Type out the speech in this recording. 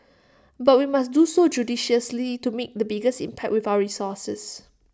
but we must do so judiciously to make the biggest impact with our resources